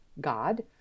god